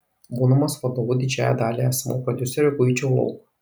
būdamas vadovu didžiąją dalį esamų prodiuserių guičiau lauk